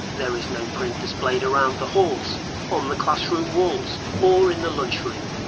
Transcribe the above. there is no print displayed around the halls on the classroom walls or in the lunch room.